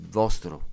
vostro